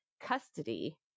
custody